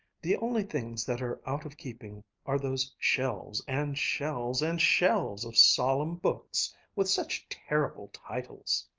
the only things that are out of keeping are those shelves and shelves and shelves of solemn books with such terrible titles!